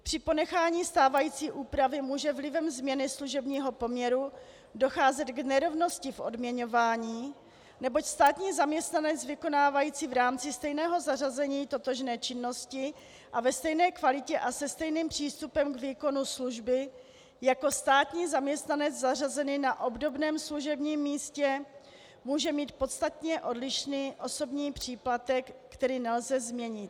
Při ponechání stávající úpravy může vlivem změny služebního poměru docházet k nerovnosti v odměňování, neboť státní zaměstnanec vykonávající v rámci stejného zařazení totožné činnosti a ve stejné kvalitě a se stejným přístupem k výkonu služby jako státní zaměstnanec zařazený na obdobném služebním místě může mít podstatně odlišný osobní příplatek, který nelze změnit.